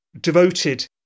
devoted